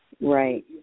Right